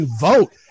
vote